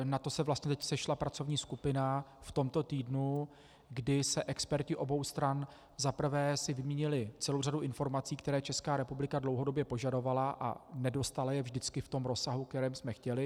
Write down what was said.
Na to se teď sešla pracovní skupina v tomto týdnu, kdy si experti obou stran za prvé vyměnili celou řadu informací, které Česká republika dlouhodobě požadovala, a nedostala je vždycky v rozsahu, ve kterém jsme chtěli.